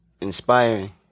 Inspiring